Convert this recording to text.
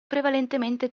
prevalentemente